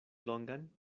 longan